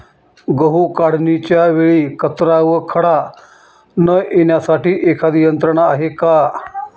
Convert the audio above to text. गहू काढणीच्या वेळी कचरा व खडा न येण्यासाठी एखादी यंत्रणा आहे का?